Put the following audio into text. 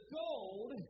gold